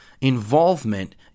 involvement